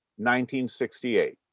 1968